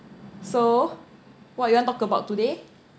so what you want talk about today